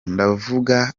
ndavuga